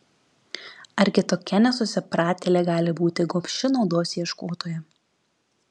argi tokia nesusipratėlė gali būti gobši naudos ieškotoja